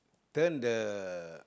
turn the